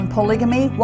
Polygamy